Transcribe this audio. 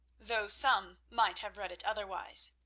though some might have read it otherwise.